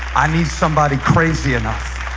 i need somebody crazy enough